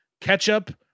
ketchup